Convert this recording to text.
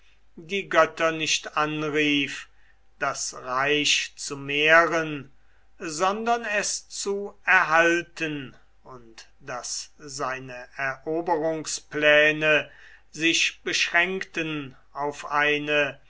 die götter nicht anrief das reich zu mehren sondern es zu erhalten und daß seine eroberungspläne sich beschränkten auf eine